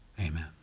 Amen